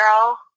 girl